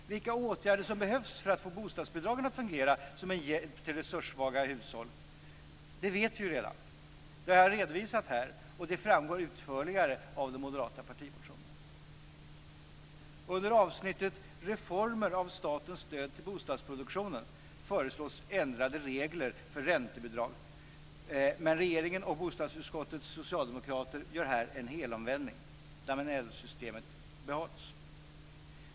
Vilka åtgärder som behövs för att få bostadsbidragen att fungera som en hjälp till resurssvaga barnhushåll vet vi redan. Det har jag redovisat här, och det framgår utförligare av den moderata partimotionen. Under avsnittet Reformer av statens stöd till bostadsproduktion föreslås ändrade regler för räntebidrag, men regeringen och bostadsutskottets socialdemokrater gör här en helomvändning. Danellsystemet behålls.